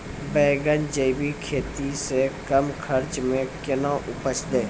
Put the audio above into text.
बैंगन जैविक खेती से कम खर्च मे कैना उपजते?